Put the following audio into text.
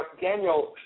Daniel